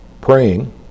praying